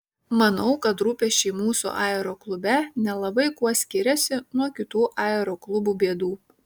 manau kad rūpesčiai mūsų aeroklube nelabai kuo skiriasi nuo kitų aeroklubų bėdų